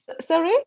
Sorry